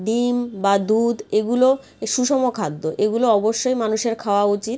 ডিম বা দুধ এগুলো সুষম খাদ্য এগুলো অবশ্যই মানুষের খাওয়া উচিত